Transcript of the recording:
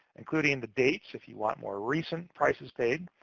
including the dates, if you want more recent prices paid,